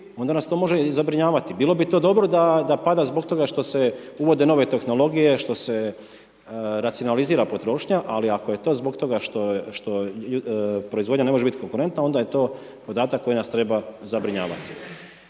onda nas to može i zabrinjavati bilo bi to dobro da pada zbog toga što se uvode nove tehnologije, što se racionalizira potrošnja, ali ako je to zbog toga što proizvodnja ne može bit konkurentna onda je to podatak koji nas treba zabrinjavati.